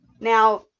Now